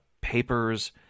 papers